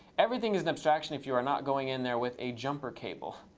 everything is an abstraction if you are not going in there with a jumper cable.